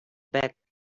back